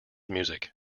music